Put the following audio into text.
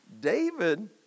David